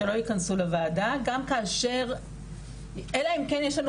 שלא יכנסו לוועדה אלא אם כן יש לנו